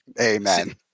Amen